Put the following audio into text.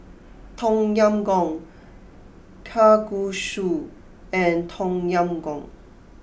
Tom Yam Goong Kalguksu and Tom Yam Goong